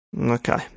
Okay